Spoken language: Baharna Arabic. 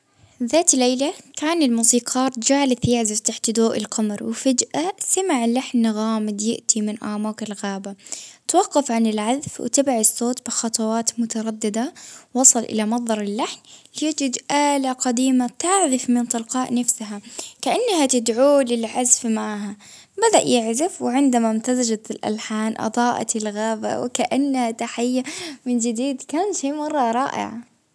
ذات ليلى كان الموسيقار جالس يعزف تحت ضوء القمر، وفجأة سمع لحن غامض يأتي من أعماق الغابة، توقف عن العزف، وأتبع الصوت بخطوات مترددة، وصل إلى منظر اللحن يجد ألة قديمة تعزف من تلقاء نفسها، كأنها تدعوة للعزف معها، بدأ يعزف وعندما إمتزجت الألحان أضاءت الغابة وكإنها تحية من جديد كان مرة رائع.